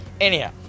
Anyhow